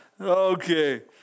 Okay